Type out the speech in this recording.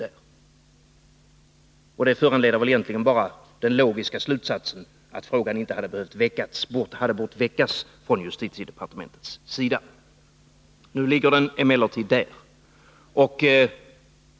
Detta föranleder egentligen bara den logiska slutsatsen att frågan inte hade bort väckas från justitiedepartementets sida. Nu finns den emellertid här.